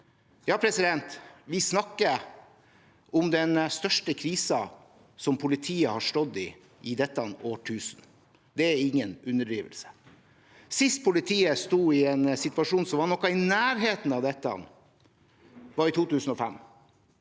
i jobben. Vi snakker om den største krisen politiet har stått i i dette årtusenet. Det er ingen overdrivelse. Sist politiet sto i en situasjon som var noe i nærheten av dette, var i 2005.